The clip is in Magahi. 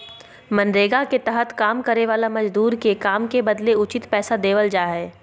मनरेगा के तहत काम करे वाला मजदूर के काम के बदले उचित पैसा देवल जा हय